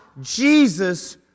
Jesus